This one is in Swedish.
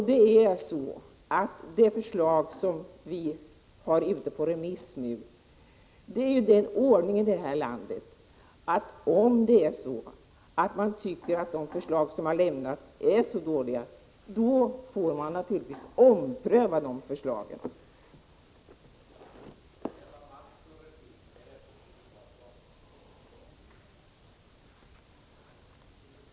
Det är detta förslag som nu är ute på remiss. Om man tycker att de förslag som lämnas är dåliga, får man naturligtvis ompröva dem — vi har ju den ordningen i det här landet.